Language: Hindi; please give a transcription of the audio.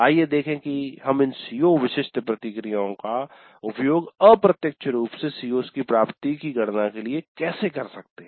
आइए देखें कि हम इन CO विशिष्ट प्रतिक्रियाओं का उपयोग अप्रत्यक्ष रूप से CO's की प्राप्ति की गणना के लिए कैसे कर सकते हैं